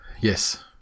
Yes